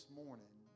morning